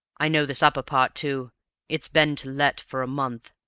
i know this upper part too it's been to let for a month,